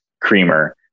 creamer